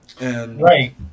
Right